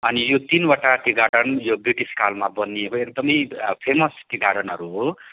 अनि यो तिनवटा टी गार्डन यो ब्रिटिस कालमा बनिएको एकदमै फेमस टी गार्डनहरू हो